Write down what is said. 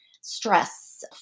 stress